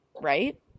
right